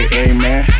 amen